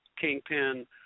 kingpin